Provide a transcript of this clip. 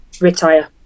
retire